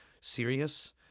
serious